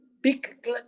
big